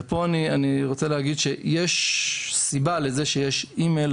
ופה אני יכול להגיד שיש סיבה שיש אימייל